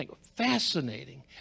Fascinating